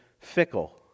fickle